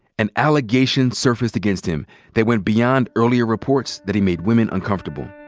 an allegation surfaced against him that went beyond earlier reports that he made women uncomfortable.